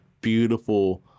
beautiful